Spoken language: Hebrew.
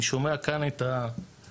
אני שומע כאן את הנוכחים,